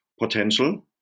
potential